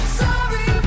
sorry